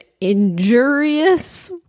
injurious